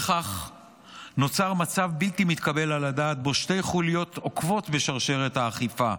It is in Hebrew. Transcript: כך נוצר מצב בלתי מתקבל על הדעת שבו שתי חוליות עוקבות בשרשרת האכיפה,